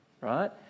Right